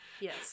Yes